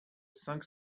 cinq